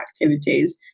activities